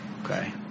Okay